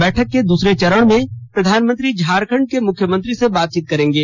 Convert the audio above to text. बैठक के दूसरे चरण में प्रधानमंत्री झारखंड के मुख्यमंत्री से बातचीत करेंगे